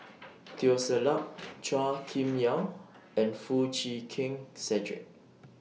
Teo Ser Luck Chua Kim Yeow and Foo Chee Keng Cedric